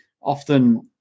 often